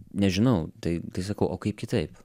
nežinau tai tai sakau o kaip kitaip